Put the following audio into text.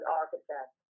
architect